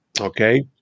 Okay